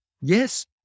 Yes